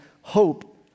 hope